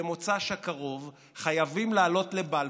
במוצ"ש הקרוב חייבים לעלות לבלפור,